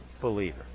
believer